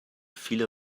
viele